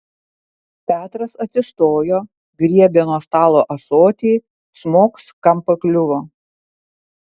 petras atsistojo griebė nuo stalo ąsotį smogs kam pakliuvo